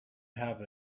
have